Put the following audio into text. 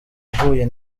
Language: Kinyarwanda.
uhuye